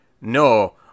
no